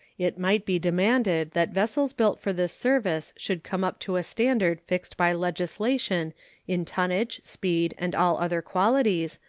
it might be demanded that vessels built for this service should come up to a standard fixed by legislation in tonnage, speed, and all other qualities,